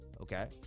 okay